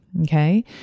Okay